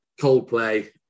Coldplay